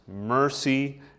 mercy